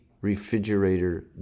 refrigerator